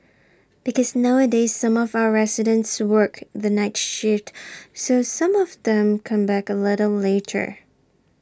because nowadays some of our residents work the night shift so some of them come back A little later